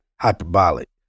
hyperbolic